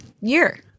year